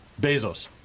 Bezos